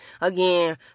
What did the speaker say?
again